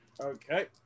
Okay